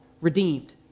redeemed